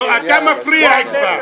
לא, אתה מפריע כבר.